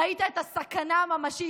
ראית את הסכנה הממשית,